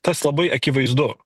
tas labai akivaizdu